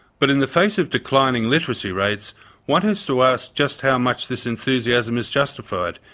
but in the face of declining literacy rates one has to ask just how much this enthusiasm is justified.